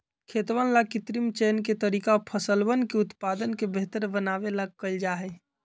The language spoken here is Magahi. खेतवन ला कृत्रिम चयन के तरीका फसलवन के उत्पादन के बेहतर बनावे ला कइल जाहई